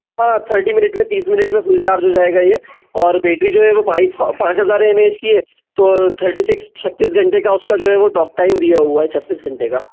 हाँ thirty minute में तीस मिनट में फुल चार्ज हो जाएगा ये और बैटरी जो है पाँच हज़ार एम ए एच की है तो थर्टी सिक्स छत्तीस घंटे का उसका जो है वो टॉकटाइम दिया हुआ है छत्तीस घंटे का